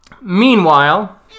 Meanwhile